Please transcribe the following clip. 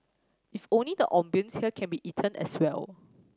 if only the ambience here can be eaten as well